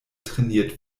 trainiert